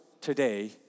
today